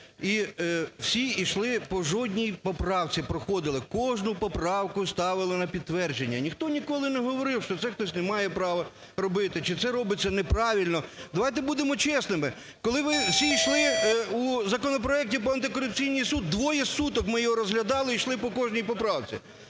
і всі йшли, по жодній поправці проходили, кожну поправку ставили на підтвердження, і ніхто ніколи не говорив, що це хтось не має права робити чи це робиться неправильно. Давайте будемо чесними, коли ви всі йшли у законопроекті про антикорупційний суд, двоє суток ми його розглядали і йшли по кожні поправці.